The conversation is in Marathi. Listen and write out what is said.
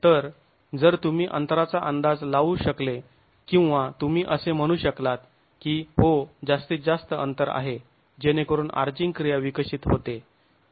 तर जर तुम्ही अंतराचा अंदाज लावू शकले किंवा तुम्ही असे म्हणू शकलात की हो जास्तीत जास्त अंतर आहे जेणेकरून आर्चिंग क्रिया विकसित होते